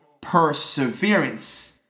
Perseverance